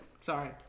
Sorry